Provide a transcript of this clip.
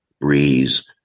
breeze